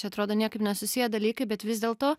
čia atrodo niekaip nesusiję dalykai bet vis dėlto